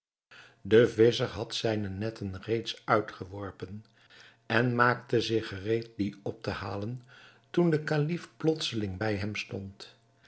de visscher had zijne netten reeds uitgeworpen en maakte zich gereed die op te halen toen de kalif plotseling bij hem stond